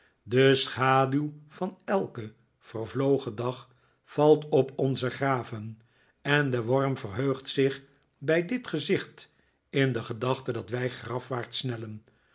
de schaduw van elken vervlogen dag valt op onze graven en de worm verheugt zich bij dit gezicht in de gedachte dat wij grafwaarts snellen